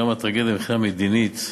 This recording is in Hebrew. גם מבחינה מדינית,